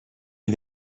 est